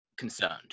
Concerned